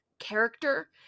character